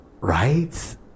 Right